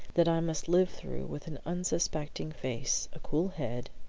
that i must live through with an unsuspecting face, a cool head,